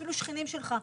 אפילו שכנים שלך,